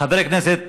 חבר הכנסת